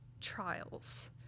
trials